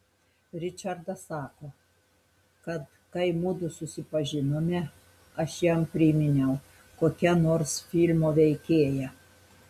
ričardas sako kad kai mudu susipažinome aš jam priminiau kokią nors filmo veikėją